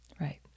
Right